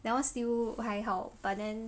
that [one] still 还好 but then